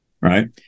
Right